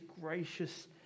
gracious